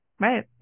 Right